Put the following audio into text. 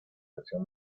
versión